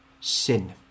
sin